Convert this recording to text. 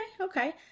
okay